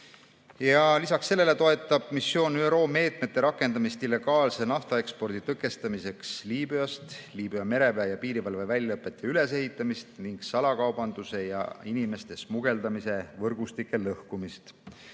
Lisaks sellele toetab missioon ÜRO meetmete rakendamist illegaalse naftaekspordi tõkestamiseks Liibüast, Liibüa mereväe ja piirivalve väljaõpet ja ülesehitamist ning salakaubanduse ja inimeste smugeldamise võrgustike lõhkumist,